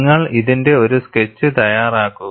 നിങ്ങൾ ഇതിന്റെ ഒരു സ്കെച്ച് തയ്യാറാക്കുക